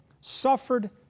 suffered